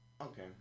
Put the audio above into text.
Okay